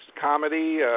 comedy